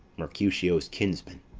mercutio's kinsman,